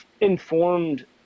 informed